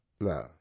No